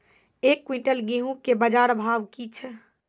एक क्विंटल गेहूँ के बाजार भाव की छ?